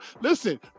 listen